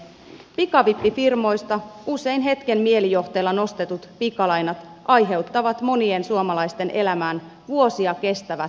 pikavippifirmoista usein hetken mielijohteesta nostetut pikalainat aiheuttavat monien suomalaisten elämään vuosia kestävät velkajärjestelyt